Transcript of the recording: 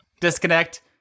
disconnect